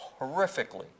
horrifically